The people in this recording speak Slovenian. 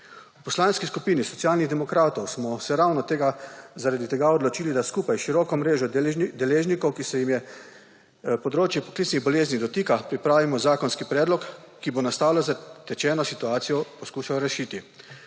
V Poslanski skupini Socialnih demokratov smo se ravno zaradi tega odločili, da skupaj s široko mrežo deležnikov, ki se jih področje poklicnih bolezni dotika, pripravimo zakonski predlog, ki bo nastalo zatečeno situacijo poskušal rešiti.